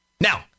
Now